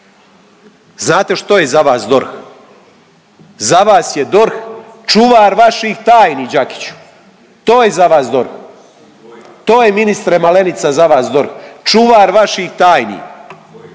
Znate što je za vas DORH? Za vas je DORH čuvar vaših tajni Đakiću, to je za vas DORH, to je ministre Malenica za vas DORH, čuvar vaših tajni,